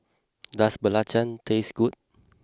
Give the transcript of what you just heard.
does belacan taste good